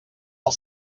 els